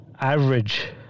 average